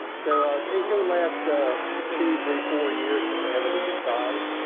so it would last ah two, three, four years if it's a heavily used size.